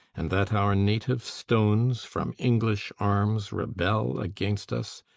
and that our native stones from english arms rebel against us,